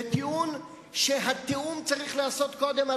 בטיעון שהתיאום צריך להיעשות קודם?